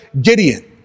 Gideon